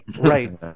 right